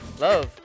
Love